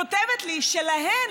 כותבת לי שלהן,